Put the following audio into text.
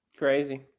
Crazy